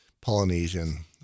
Polynesian